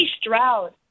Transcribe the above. Stroud